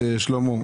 שלמה,